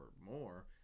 more